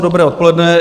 Dobré odpoledne.